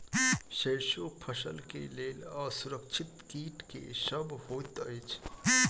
सैरसो फसल केँ लेल असुरक्षित कीट केँ सब होइत अछि?